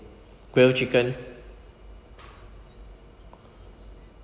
grill chicken